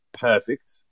Perfect